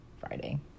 friday